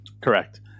Correct